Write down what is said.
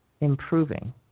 Improving